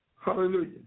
Hallelujah